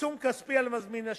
עיצום כספי על מזמין שירות,